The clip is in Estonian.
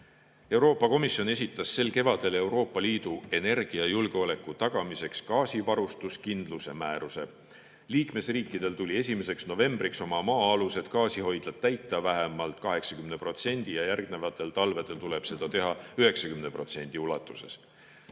Euroopa Komisjon esitas sel kevadel Euroopa Liidu energiajulgeoleku tagamiseks gaasivarustuskindluse määruse. Liikmesriikidel tuli 1. novembriks oma maa-alused gaasihoidlad täita vähemalt 80% ulatuses, järgmistel talvedel tuleb seda teha 90% ulatuses.